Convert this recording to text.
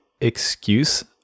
excuse